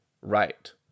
right